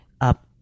up